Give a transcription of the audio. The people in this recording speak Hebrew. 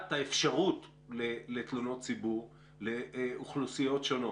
האפשרות לתלונות ציבור לאוכלוסיות שונות.